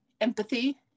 empathy